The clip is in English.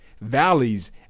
valleys